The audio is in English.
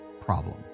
problem